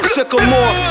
Sycamore